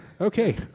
Okay